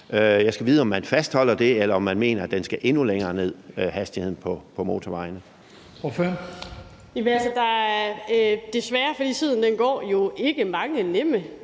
Jeg skal vide, om man fastholder det, eller om man mener, at hastigheden på motorvejene